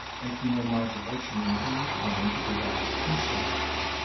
making no modulation until you come to the last two syllables,